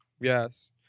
Yes